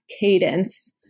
cadence